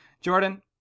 Jordan